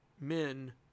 men